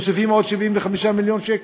מוסיפים עוד 75 מיליון שקל?